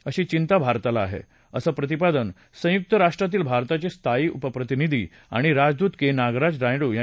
अशी चिंता भारताला आहे असं प्रतिपादन संयुक्त राष्ट्रातील भारताचे स्थायी उपप्रतिनिधी आणि राजदूत के नागराज नायडू यांनी केलं